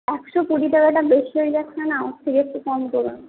একশো কুড়ি টাকাটা বেশি হয়ে যাচ্ছে না আমার থেকে একটু কম করুন